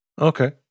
Okay